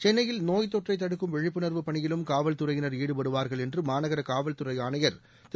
சென்னையில் நோய்த் தொற்றைத் தடுக்கும் விழிப்புணர்வுப் பணியிலும் காவல்துறையினர் ஈடுபடுவார்கள் என்று மாநகர காவல்துறை ஆணையர் திரு